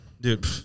Dude